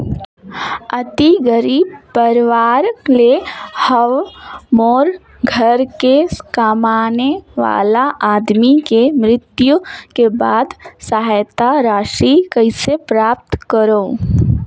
अति गरीब परवार ले हवं मोर घर के कमाने वाला आदमी के मृत्यु के बाद सहायता राशि कइसे प्राप्त करव?